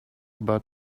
about